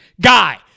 guy